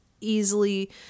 easily